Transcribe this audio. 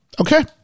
Okay